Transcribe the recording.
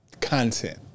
content